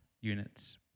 units